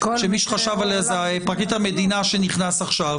שמי שחשב עליה זה פרקליט המדינה שנכנס עכשיו,